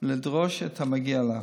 ולדרוש את המגיע לה.